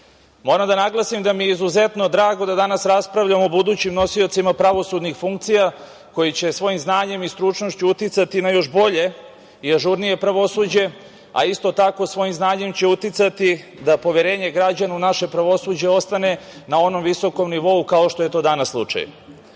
da naglasim da mi je izuzetno drago da danas raspravljamo o budućim nosiocima pravosudnih funkcija koji će svojim znanjem i stručnošću uticati na još bolje i ažurnije pravosuđe, a isto tako svojim znanjem će uticati da poverenje građanima u naše pravosuđe ostane na onom visokom nivou kao što je to danas slučaj. Danas